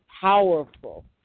powerful